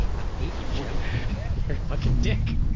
i hate you jim. you're a fucking dick.